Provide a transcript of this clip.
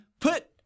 put